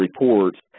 reports